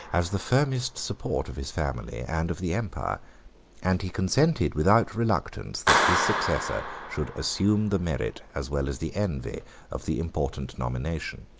as the firmest support of his family and of the empire and he consented, without reluctance, that his successor should assume the merit as well as the envy of the important nomination.